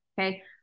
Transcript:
Okay